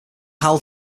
hal